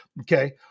Okay